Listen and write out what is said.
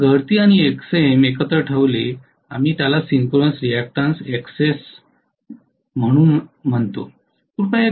आता गळती आणि Xm एकत्र ठेवले आम्ही त्याला सिंक्रोनस रिअक्टन्स Xs म्हणून म्हणतो